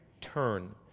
turn